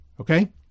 Okay